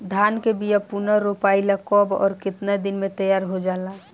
धान के बिया पुनः रोपाई ला कब और केतना दिन में तैयार होजाला?